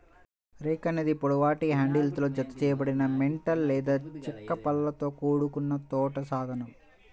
rake అనేది పొడవాటి హ్యాండిల్తో జతచేయబడిన మెటల్ లేదా చెక్క పళ్ళతో కూడిన తోట సాధనం